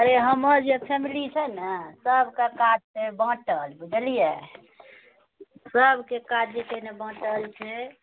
अरे हमर जे फैमिली छै ने सबकेँ काज छै बाँटल बुझलिऐ सबकेँ काज जे छै ने बाँटल छै